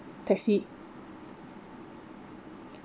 taxi